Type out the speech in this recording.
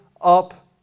up